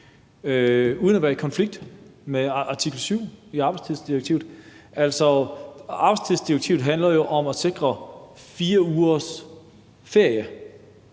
uden at være i konflikt med artikel 7 i arbejdstidsdirektivet. Arbejdstidsdirektivet handler jo om at sikre 4 ugers ferie